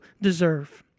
deserve